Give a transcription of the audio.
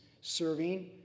serving